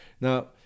Now